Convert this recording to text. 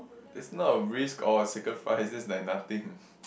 it's not a risk or sacrifices like nothing